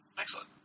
Excellent